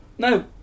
No